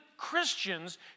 Christians